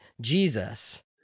Jesus